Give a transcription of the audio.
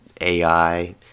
AI